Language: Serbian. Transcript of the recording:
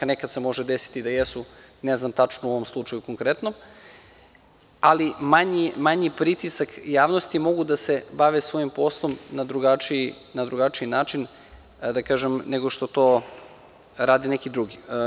Nekad se može desiti da jesu, ne znam tačno u ovom slučaju konkretnom, ali manji pritisak javnosti, mogu da se bave svojim poslom na drugačiji način nego što to rade neki drugi.